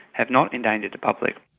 have not endangered the public.